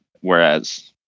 whereas